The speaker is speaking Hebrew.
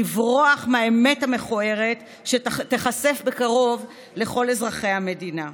לברוח מהאמת המכוערת שתיחשף בקרוב בפני כל אזרחי המדינה.